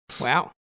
wow